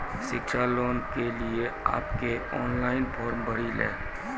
शिक्षा लोन के लिए आप के ऑनलाइन फॉर्म भरी ले?